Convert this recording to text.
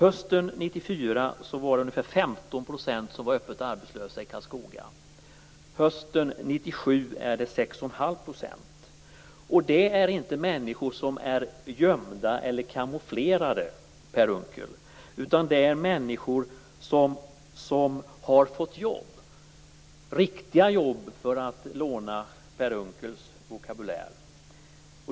detta fall handlar det inte om att människor är gömda eller kamouflerade, Per Unckel, utan det handlar om att människor har fått jobb, riktiga jobb, för att låna Per Unckels vokabulär.